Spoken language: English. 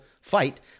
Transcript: fight